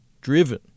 driven